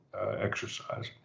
exercise